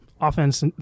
Offense